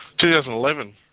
2011